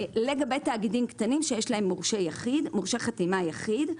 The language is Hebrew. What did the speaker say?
לגבי תאגידים קטנים שיש להם מורשה חתימה יחיד.